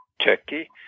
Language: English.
turkey